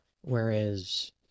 whereas